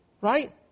Right